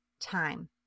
time